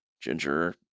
Ginger